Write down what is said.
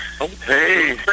Hey